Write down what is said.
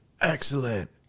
Excellent